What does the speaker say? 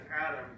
Adam